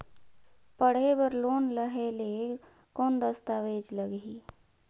पढ़े बर लोन लहे ले कौन दस्तावेज लगही?